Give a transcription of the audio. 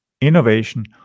innovation